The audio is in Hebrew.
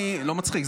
לא מצחיק,